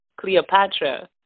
Cleopatra